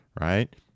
Right